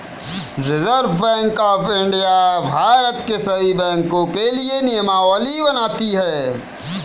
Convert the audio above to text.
reserve Bank of India Bharat के सभी बैंकों के लिए नियमावली बनाती है